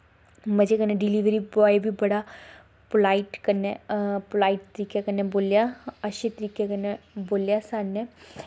मजे कन्नै delivery boy बी बड़ा पोलाइट तरीकै कन्नै बोल्लेआ अच्छे तरीके कन्नै बोल्लेआ साढ़े कन्नै